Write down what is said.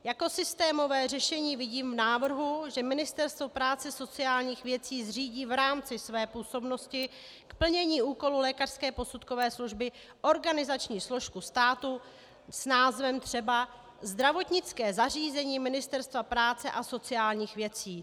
Jako systémové řešení vidím návrh, že Ministerstvo práce a sociálních věcí zřídí v rámci své působnosti k plnění úkolů lékařské posudkové služby organizační složku státu s názvem třeba Zdravotnické zařízení Ministerstva práce a sociálních věcí.